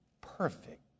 perfect